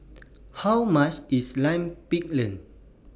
How much IS Lime Pickle